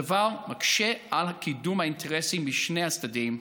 הדבר מקשה על קידום האינטרסים משני הצדדים,